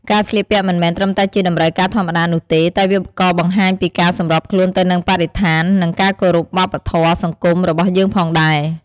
ការស្លៀកពាក់មិនមែនត្រឹមតែជាតម្រូវការធម្មតានោះទេ តែវាក៏បង្ហាញពីការសម្របខ្លួនទៅនឹងបរិស្ថាន និងការគោរពវប្បធម៌សង្គមរបស់យើងផងដែរ។